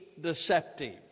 deceptive